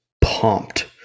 pumped